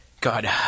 God